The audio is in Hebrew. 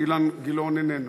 אילן גילאון, איננו.